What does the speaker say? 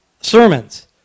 sermons